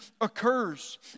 occurs